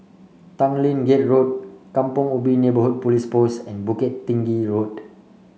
Tanglin Gate Road Kampong Ubi Neighbourhood Police Post and Bukit Tinggi Road